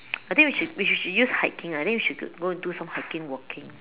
I think we should we should use hiking ah then we should go and do some hiking walking